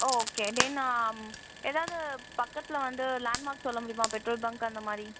okay then எதாவது பக்கத்தில் வந்து லேன்மார்க் சொல்ல முடியுமா பெட்ரோல் பேங்க் அந்த மாதிரி